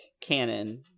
canon